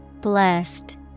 Blessed